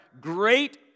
great